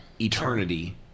eternity